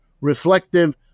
reflective